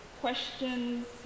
questions